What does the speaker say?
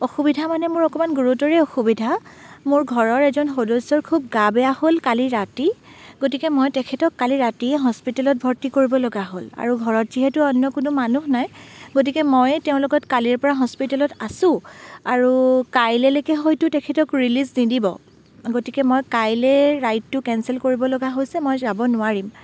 অসুবিধা মানে মোৰ অকণমান গুৰুতৰেই অসুবিধা মোৰ ঘৰৰ এজন সদস্যৰ খুব গা বেয়া হ'ল কালি ৰাতি গতিকে মই তেখেতক কালি ৰাতিয়ে হস্পিতালত ভৰ্তি কৰিবলগা হ'ল আৰু ঘৰত যিহেতু অন্য কোনো মানুহ নাই গতিকে মইয়ে তেওঁৰ লগত কালিৰেপৰা হস্পিতালত আছো আৰু কাইলেলৈকে হয়তো তেখেতক ৰিলিজ নিদিব গতিকে মই কাইলৈ ৰাইডটো কেঞ্চেল কৰিবলগা হৈছে মই যাব নোৱাৰিম